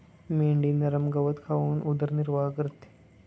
मेंढी नरम गवत खाऊन उदरनिर्वाह करते